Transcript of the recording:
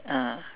ah